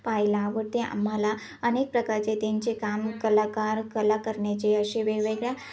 पाह्यला आवडते आम्हाला अनेक प्रकारचे त्यांचे काम कलाकार कला करण्याचे असे वेगवेगळ्या